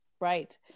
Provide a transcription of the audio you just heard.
Right